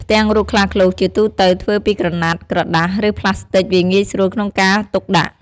ផ្ទាំងរូបខ្លាឃ្លោកជាទូទៅធ្វើពីក្រណាត់ ក្រដាស ឬប្លាស្ទិកវាងាយស្រួលក្នុងការទុកដាក់។